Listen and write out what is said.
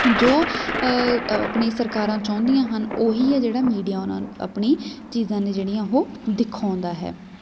ਜੋ ਆਪਣੇ ਸਰਕਾਰਾਂ ਚਾਹੁੰਦੀਆਂ ਹਨ ਉਹੀ ਹੈ ਜਿਹੜਾ ਮੀਡੀਆ ਉਹਨਾਂ ਆਪਣੀ ਚੀਜ਼ਾਂ ਨੇ ਜਿਹੜੀਆਂ ਉਹ ਦਿਖਾਉਂਦਾ ਹੈ